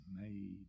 made